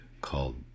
called